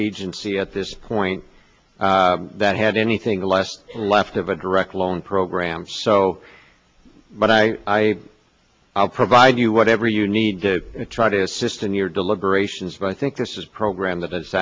agency at this point that had anything less left of a direct loan program so what i provide you whatever you need to try to assist in your deliberations but i think this program that i